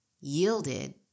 yielded